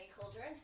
cauldron